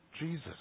Jesus